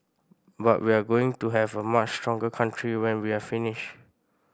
but we're going to have a much stronger country when we're finished